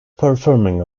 performing